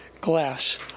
glass